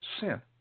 Sin